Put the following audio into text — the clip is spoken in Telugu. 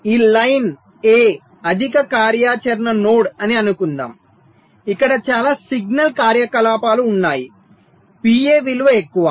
ఈ లైన్ A అధిక కార్యాచరణ నోడ్ అని అనుకుందాం ఇక్కడ చాలా సిగ్నల్ కార్యకలాపాలు ఉన్నాయి PA విలువ ఎక్కువ